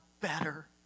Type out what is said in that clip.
better